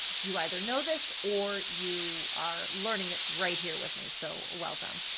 you either know this or you are learning it right here with me, so welcome.